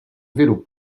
wielu